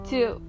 Two